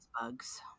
bugs